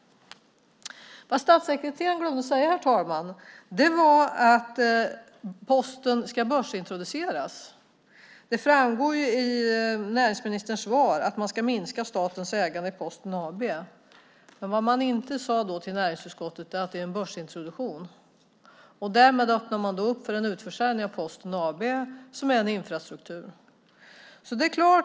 Vad statssekreteraren glömde att säga var att Posten ska börsintroduceras. Det framgår ju av näringsministerns svar att man ska minska statens ägande i Posten AB. Vad man inte sade till näringsutskottet är att det är en börsintroduktion. Därmed öppnar man för en utförsäljning av Posten AB, som är en infrastruktur. Herr talman!